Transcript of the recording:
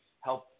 help